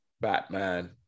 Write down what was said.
Batman